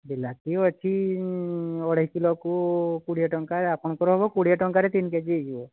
ବିଲାତି ଅଛି ଅଢ଼େଇ କିଲୋକୁ କୋଡ଼ିଏ ଟଙ୍କା ଆପଣଙ୍କର ହେବ କୋଡ଼ିଏ ଟଙ୍କାରେ ତିନି କେ ଜି ହୋଇଯିବ